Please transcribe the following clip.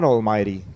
Almighty